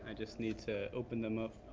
just need to open them up.